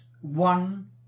one